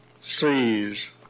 sees